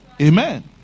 Amen